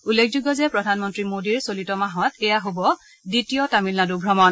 উল্লেখযোগ্য যে প্ৰধানমন্ত্ৰী মোদীৰ চলিত মাহত এইয়া হ'ব দ্বিতীয় তামুলনাডু ভ্ৰমণ